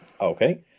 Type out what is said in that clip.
Okay